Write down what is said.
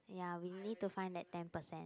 ya we need to find that ten percent